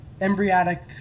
embryonic